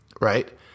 right